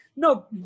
No